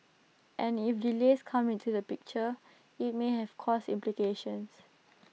and if delays come into the picture IT may have cost implications